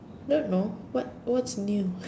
don't know what what's new